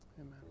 amen